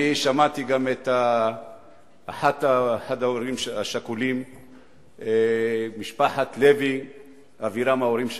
אני שמעתי גם את אחד ההורים השכולים ממשפחת לוי אבירם ההורים שלו,